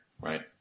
right